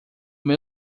meu